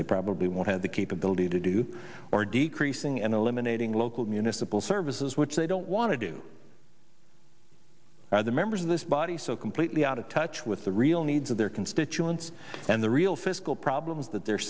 they probably won't have the capability to do or decreasing and eliminating local municipal services which they don't want to do or the members of this body so completely out of touch with the real needs of their constituents and the real fiscal problems that their